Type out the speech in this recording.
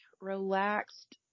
relaxed